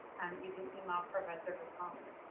you can email professor viscomi.